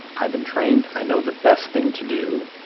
i've been trained. i know the best thing to do,